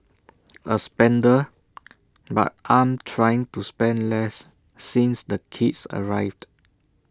A spender but I'm trying to spend less since the kids arrived